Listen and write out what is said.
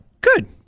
Good